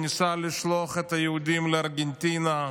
שניסה לשלוח את היהודים לארגנטינה.